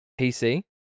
PC